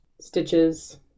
stitches